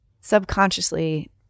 subconsciously